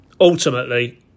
ultimately